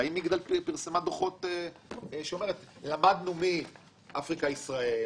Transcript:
ואם מגדל פרסמה דוחות שאומרים למדנו מ"אפריקה ישראל",